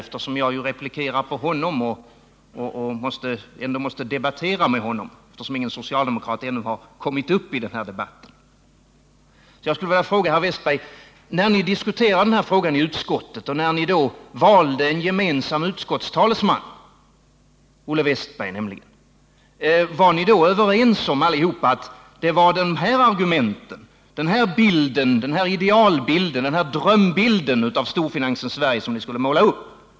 Jag har ju begärt replik mot honom och jag måste debattera med honom, eftersom ingen socialdemokrat ännu kommit upp i debatten. När ni diskuterade denna fråga i utskottet och valde en gemensam utskottstalesman, Olle Wästberg nämligen, var ni då överens om att det var denna argumentering, denna idealbild, denna drömbild av storfinansens Sverige som ni skulle måla upp?